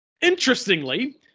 Interestingly